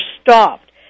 stopped